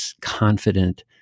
confident